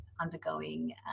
undergoing